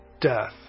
death